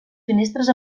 finestres